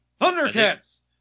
Thundercats